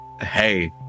Hey